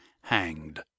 hanged